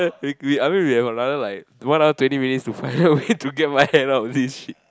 yeah we we I mean we have another like one hour twenty minutes to find a way to get my hand out of this shit